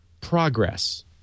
progress